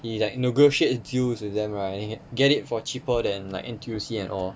he like negotiates deals with them right get it for cheaper than like N_T_U_C and all